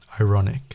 ironic